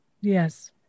Yes